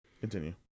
Continue